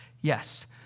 Yes